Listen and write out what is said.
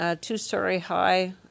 two-story-high